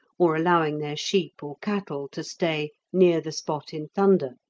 or allowing their sheep or cattle to stay, near the spot in thunder,